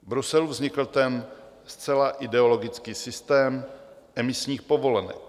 V Bruselu vznikl ten zcela ideologický systém emisních povolenek.